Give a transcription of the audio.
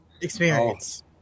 experience